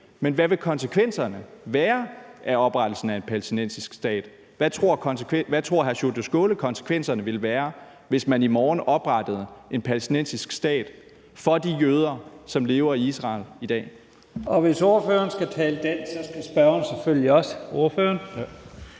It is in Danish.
men hvad vil konsekvenserne af oprettelsen af en palæstinensisk stat være? Hvad tror hr. Sjúrður Skaale konsekvenserne ville være, hvis man i morgen oprettede en palæstinensisk stat, for de jøder, som lever i Israel i dag? Kl. 01:11 Første næstformand (Leif Lahn Jensen): Hvis